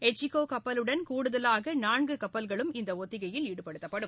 எச்சிகோ கப்பலுடன் கூடுதலாக நான்கு கப்பல்களும் இந்த ஒத்திகையில் ஈடுபடுத்தப்படும்